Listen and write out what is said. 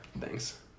thanks